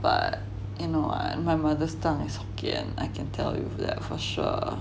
but in all my mother tongue's hokkien I can tell you that for sure